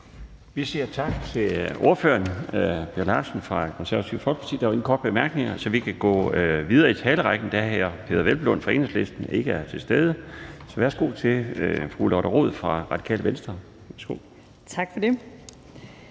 Vi siger tak til ordføreren, hr. Per Larsen fra Det Konservative Folkeparti. Der er ingen korte bemærkninger. Så vi kan gå videre i talerrækken. Da hr. Peder Hvelplund fra Enhedslisten ikke er til stede, kan jeg sige værsgo til fru Lotte Rod fra Radikale Venstre. Kl.